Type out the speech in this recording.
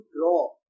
draw